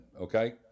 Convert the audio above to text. okay